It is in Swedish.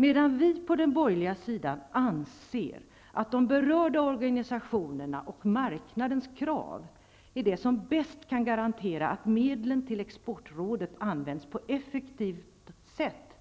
Medan vi på den borgerliga sidan anser att det är de berörda organisationerna och marknadens krav som bäst kan garantera att medlen till exportrådet används på effektivt sätt,